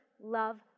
love